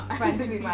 fantasy